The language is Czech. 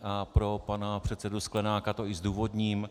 A pro pana předsedu Sklenáka to i zdůvodním.